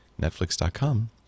Netflix.com